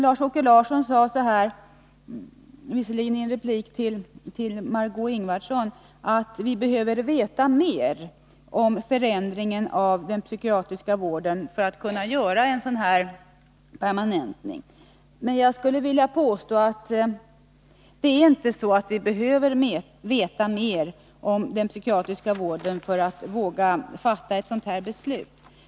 Lars-Åke Larsson sade — visserligen i en replik till Margé Ingvardsson — att vi behöver veta mer om förändringen av den psykiatriska vården för att kunna göra en sådan permanentning. Men jag skulle vilja påstå att vi inte behöver veta mer om den psykiatriska vården för att våga fatta ett sådant beslut.